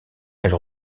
elle